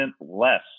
less